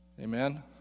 Amen